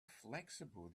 flexible